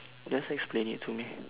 just explain it to me